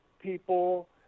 people